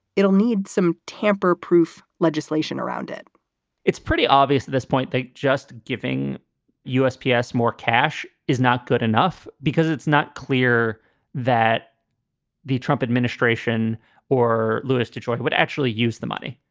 it'll need some tamper proof legislation around it it's pretty obvious at this point they just giving usps more cash is not. good enough, because it's not clear that the trump administration or louis detroit would actually use the money,